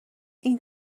این